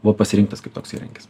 buvo pasirinktas kaip toks įrankis